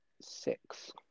six